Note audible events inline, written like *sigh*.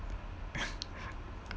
*laughs*